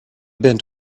bent